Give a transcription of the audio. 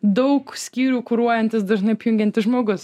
daug skyrių kuruojantis dažnai apjungiantis žmogus